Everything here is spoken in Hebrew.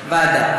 ועדה.